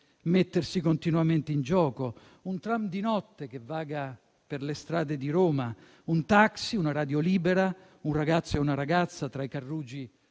mettersi continuamente in gioco; un tram di notte, che vaga per le strade di Roma; un taxi, una radio libera, un ragazzo e una ragazza tra i carruggi